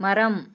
மரம்